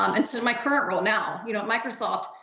um and so in my current role now you know at microsoft,